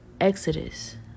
Exodus